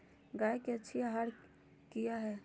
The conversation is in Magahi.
गाय के अच्छी आहार किया है?